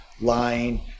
lying